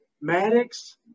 Maddox